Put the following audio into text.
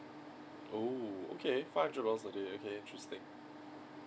oo okay five hundred dollars a day okay interesting